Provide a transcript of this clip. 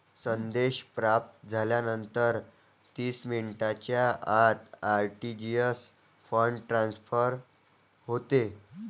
संदेश प्राप्त झाल्यानंतर तीस मिनिटांच्या आत आर.टी.जी.एस फंड ट्रान्सफर होते